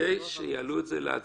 כדי שיעלו את זה להצבעה,